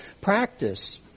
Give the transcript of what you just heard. practice